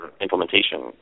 implementation